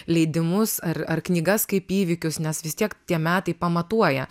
leidimus ar ar knygas kaip įvykius nes vis tiek tie metai pamatuoja